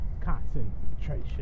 concentration